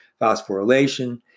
phosphorylation